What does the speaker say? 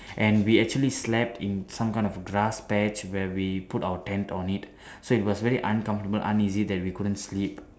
and we actually slept in some kind of a grass patch where we put our tent on it so it was very uncomfortable uneasy that we couldn't sleep